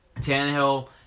Tannehill